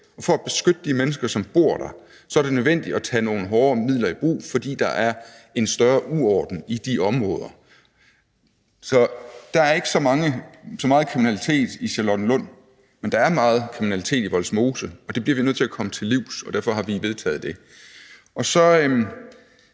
og for at beskytte de mennesker, som bor der, er det nødvendigt at tage nogle hårdere midler i brug. Der er ikke så meget kriminalitet i Charlottenlund, men der er meget kriminalitet i Vollsmose. Det bliver vi nødt til at komme til livs, og derfor har vi vedtaget det. Man må